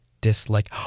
dislike